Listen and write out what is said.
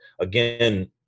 again